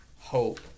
hope